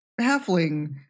halfling